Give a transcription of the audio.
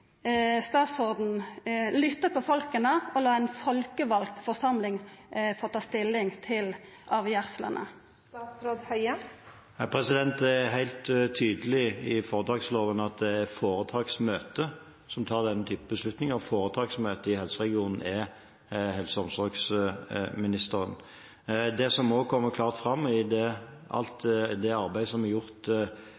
statsråden lytta til folket og la ei folkevald forsamling ta stilling til avgjerslene? Det er helt tydelig i foretaksloven at det er foretaksmøtet som tar denne typen beslutninger, og foretaksmøtet i helseregionen er helse- og omsorgsministeren. Det som også kommer klart fram i alt det